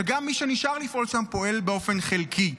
וגם מי שנשאר לפעול שם פועל באופן חלקי.